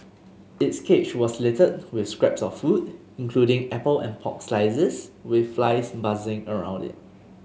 its cage was littered with scraps of food including apple and pork slices with flies buzzing around it